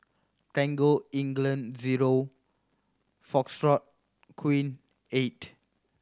Tangle England zero Queen eight